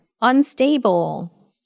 unstable